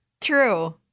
True